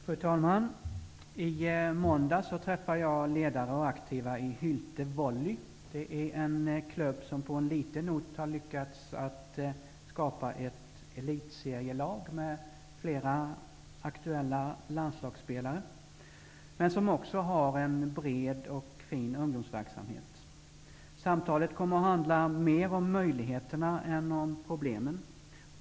Fru talman! I måndags träffade jag ledare och aktiva i Hylte Volley. Det är en klubb som på en liten ort har lyckats skapa ett elitserielag med flera aktuella landslagsspelare och som också har en bred och fin ungdomsverksamhet. Samtalet kom att handla mer om möjligheter än om problem.